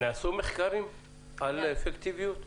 נעשו מחקרים על אפקטיביות?